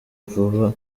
vuba